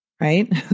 right